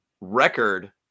record